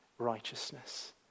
righteousness